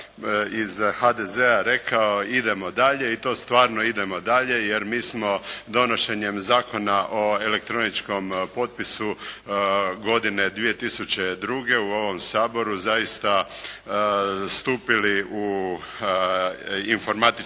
iz HDZ-a rekao, idemo dalje i to stvarno idemo dalje jer mi smo donošenjem Zakona o elektroničkom potpisu godine 2002. u ovom Saboru zaista stupili u informatičko